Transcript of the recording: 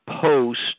post